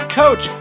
coach